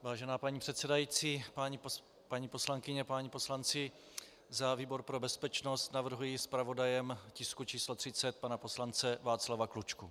Vážená paní předsedající, paní poslankyně, páni poslanci, za výbor pro bezpečnost navrhuji zpravodajem tisku číslo 30 pana poslance Václava Klučku.